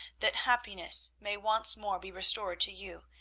that happiness may once more be restored to you,